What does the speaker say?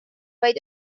vaid